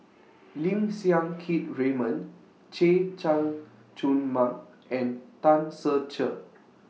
Lim Siang Keat Raymond Chay Jung Jun Mark and Tan Ser Cher